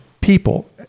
people